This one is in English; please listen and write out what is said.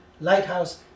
Lighthouse